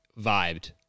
vibed